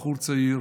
בחור צעיר,